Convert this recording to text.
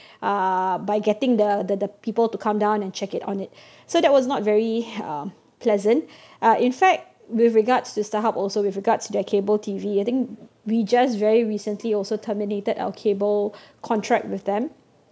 uh by getting the the the people to come down and check it on it so that was not very uh pleasant uh in fact with regards to Starhub also with regards to their cable T_V I think we just very recently also terminated our cable contract with them